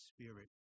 spirit